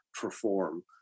perform